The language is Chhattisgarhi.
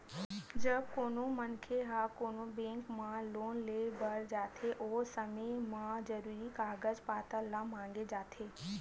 जब कोनो मनखे ह कोनो बेंक म लोन लेय बर जाथे ओ समे म जरुरी कागज पत्तर ल मांगे जाथे